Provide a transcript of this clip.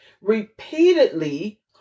repeatedly